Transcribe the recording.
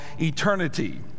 eternity